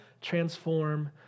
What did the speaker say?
transform